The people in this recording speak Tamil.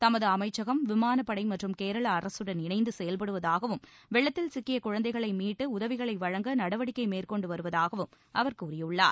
தமது அமைச்சகம் விமானப்படை மற்றம் கேரள அரசுடன் இணைந்து செயல்படுவதாகவும் வெள்ளத்தில் சிக்கிய குழந்தைகளை மீட்டு உதவிகளை வழங்க நடவடிக்கை மேற்கொண்டு வருவதாகவும் அவர் கூறியுள்ளார்